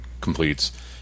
Completes